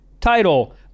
title